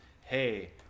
hey